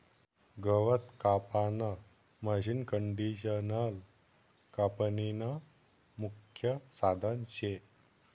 गवत कापानं मशीनकंडिशनर कापनीनं मुख्य साधन शे